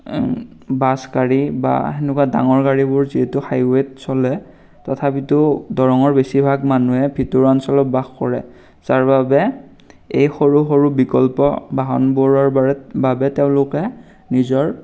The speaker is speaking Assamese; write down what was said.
বাছ গাড়ী বা সেনেকুৱা ডাঙৰ গাড়ীবোৰ যিহেতু হাইৱেত চলে তথাপিতো দৰঙৰ বেছিভাগ মানুহে ভিতৰুৱা অঞ্চলত বাস কৰে যাৰ বাবে এই সৰু সৰু বিকল্প বাহনবোৰৰ বা বাবে তেওঁলোকে নিজৰ